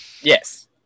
Yes